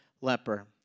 leper